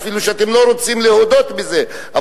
אפילו שאתם לא רוצים להודות בזה,